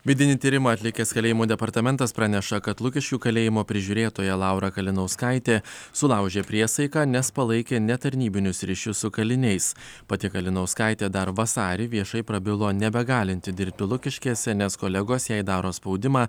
vidinį tyrimą atlikęs kalėjimų departamentas praneša kad lukiškių kalėjimo prižiūrėtoja laura kalinauskaitė sulaužė priesaiką nes palaikė netarnybinius ryšius su kaliniais pati kalinauskaitė dar vasarį viešai prabilo nebegalinti dirbti lukiškėse nes kolegos jai daro spaudimą